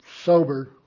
sober